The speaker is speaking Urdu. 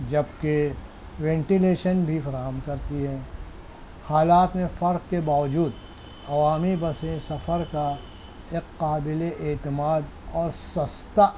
جبکہ وینٹیلیشن بھی فراہم کرتی ہے حالات میں فرق کے باوجود عوامی بسیں سفر کا ایک قابل اعتماد اور سستا